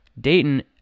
Dayton